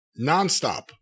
Nonstop